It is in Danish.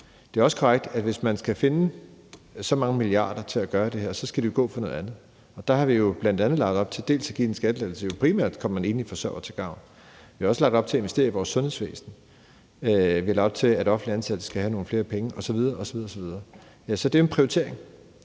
Det er også korrekt, at hvis man skal finde så mange milliarder til at gøre det her, skal det jo gå fra noget andet. Der har vi bl.a. lagt op til at give en skattelettelse, som jo primært kommer den enlige forsørger til gavn. Vi har også lagt op til at investere i vores sundhedsvæsen. Vi har lagt op til, at offentligt ansatte skal have nogle flere penge osv. osv. Så det er en prioritering.